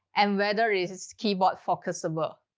and whether it is is keyboard-focusable.